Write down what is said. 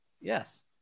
yes